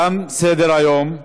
תם סדר-היום.